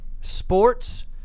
Sports—